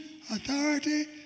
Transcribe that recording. authority